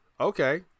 okay